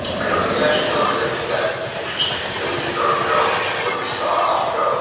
i don't think it actually tells us anything that interesting that we didn't already know when we saw alphago